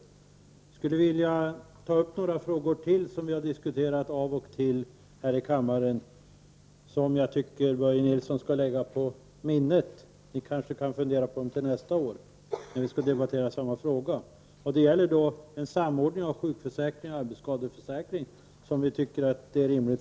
Jag skulle vilja ta upp ytterligare några frågor som vi har diskuterat av och till här i kammaren och som jag tycker Börje Nilsson skall lägga på minnet. Ni kanske kan fundera på dem till nästa år när vi skall debattera samma fråga. Det gäller en samordning mellan sjukförsäkring och arbetsskadeförsäkring, som folkpartiet tycker skulle vara rimlig.